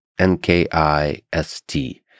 N-K-I-S-T